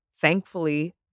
thankfully